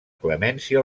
clemència